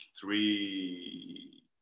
three